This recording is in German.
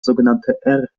sogenannte